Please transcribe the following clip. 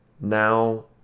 Now